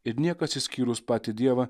ir niekas išskyrus patį dievą